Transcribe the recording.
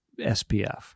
SPF